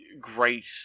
great